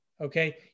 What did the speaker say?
Okay